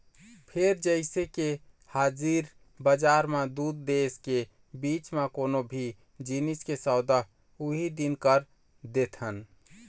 फेर जइसे के हाजिर बजार म दू देश के बीच म कोनो भी जिनिस के सौदा उहीं दिन कर देथन